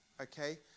okay